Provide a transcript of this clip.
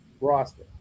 roster